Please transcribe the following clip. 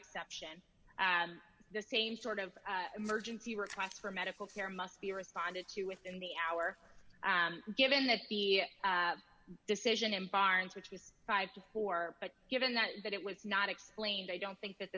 exception the same sort of emergency request for medical care must be responded to within the hour given that the decision in barnes which was five to four but given that that it was not explained i don't think that